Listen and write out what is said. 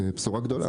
זאת בשורה גדולה.